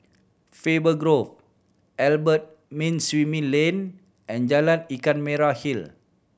Faber Grove Albert Winsemius Lane and Jalan Ikan Merah Hill